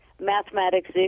mathematics